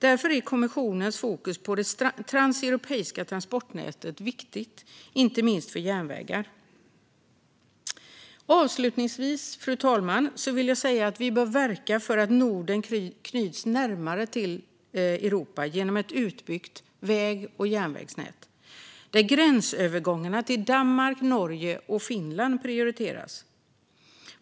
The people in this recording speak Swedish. Därför är kommissionens fokus på det transeuropeiska transportnätet viktigt, inte minst för järnvägar. Avslutningsvis, fru talman, vill jag säga att vi bör verka för att Norden knyts närmare till Europa genom ett utbyggt väg och järnvägsnät, där gränsövergångarna till Danmark, Norge och Finland prioriteras.